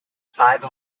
five